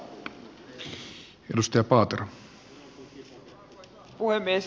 arvoisa puhemies